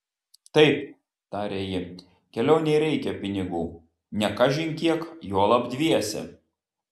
taip tarė ji kelionei reikia pinigų ne kažin kiek juolab dviese